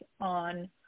on